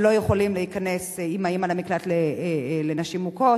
שלא יכולים להיכנס עם האמא למקלט לנשים מוכות.